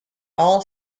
all